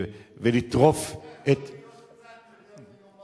ולטרוף את, אתה יכול להיות קצת יותר מנומס?